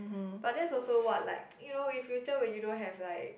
but that's also what like you know in future when you don't have like